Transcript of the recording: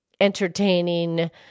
entertaining